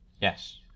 Yes